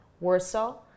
Warsaw